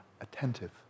attentive